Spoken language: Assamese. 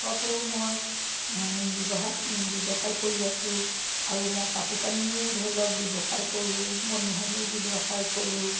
ৰতো মই ব্যৱসায় ব্যৱসায় কৰি আছোঁ আৰু মই কাপোৰ কানিও ধৰি লওক ব্যৱসায় কৰোঁ মণিহাৰীও ব্যৱসায় কৰোঁ